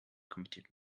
kommentiert